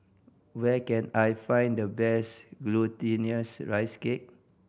where can I find the best Glutinous Rice Cake